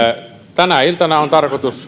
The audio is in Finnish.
tänä iltana on tarkoitus